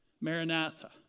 Maranatha